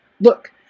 Look